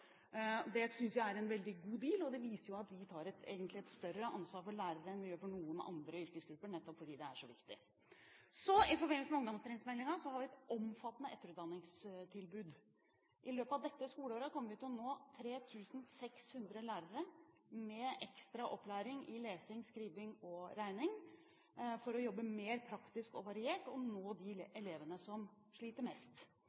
Det synes jeg er en veldig god deal, og det viser at vi egentlig tar et større ansvar for lærere enn vi gjør for noen andre yrkesgrupper, nettopp fordi det er så viktig. I forbindelse med ungdomstrinnsmeldingen har vi et omfattende etterutdanningstilbud. I løpet av dette skoleåret kommer vi til å nå 3 600 lærere med ekstra opplæring i lesing, skriving og regning, for å jobbe mer praktisk og variert og for å nå de elevene som sliter mest.